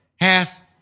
hath